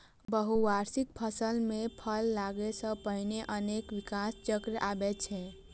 बहुवार्षिक फसल मे फल लागै सं पहिने अनेक विकास चक्र आबै छै